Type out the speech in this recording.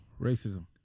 Racism